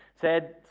said